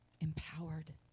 empowered